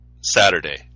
Saturday